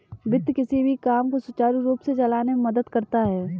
वित्त किसी भी काम को सुचारू रूप से चलाने में मदद करता है